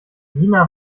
lina